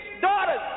daughters